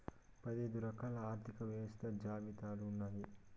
పదైదు రకాల ఆర్థిక వ్యవస్థలు జాబితాలు ఉన్నాయి